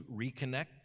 reconnect